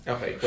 Okay